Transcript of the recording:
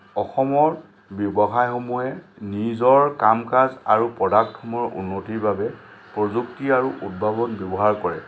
অসমৰ ব্যৱসায়সমূহে নিজৰ কাম কাজ আৰু প্ৰডাক্টসমূহৰ উন্নতিৰ বাবে প্ৰযুক্তি আৰু উদ্ভাৱন কৰে